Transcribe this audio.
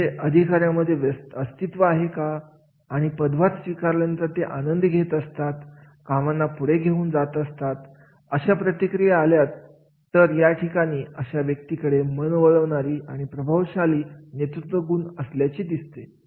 ज्यांचे अधिकाऱ्यांमध्ये अस्तित्व आहे आणि पदभार स्वीकारल्यानंतर ते आनंद घेत असतात कामांना पुढे घेऊन जात असतात अशा प्रतिक्रिया आल्यात तर या ठिकाणी अशा व्यक्तींकडे मन वळणारी आणि प्रभवशाली नेतृत्वगुण असल्याचे दिसते